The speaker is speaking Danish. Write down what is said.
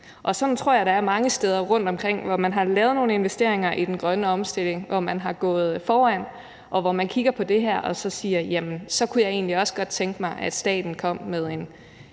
det er mange steder rundtomkring, hvor man har lavet nogle investeringer i den grønne omstilling, hvor man er gået foran, og hvor man kigger på det her og siger: Jamen så kunne vi egentlig også godt tænke os, at staten kom med en